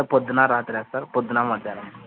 అంటే పొద్దున్న రాతిరా సార్ పొద్దున్న మధ్యాహ్నం